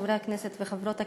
חברי הכנסת וחברות הכנסת,